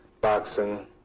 boxing